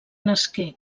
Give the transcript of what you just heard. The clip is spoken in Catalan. nasqué